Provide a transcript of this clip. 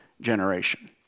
generation